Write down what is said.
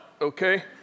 Okay